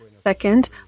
Second